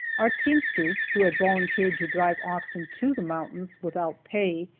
our teamsters, who had volunteered to drive oxen to the mountains without pay,